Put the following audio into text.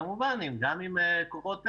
כמובן גם עם כוחות עזר.